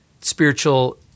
spiritual